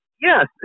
yes